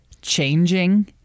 changing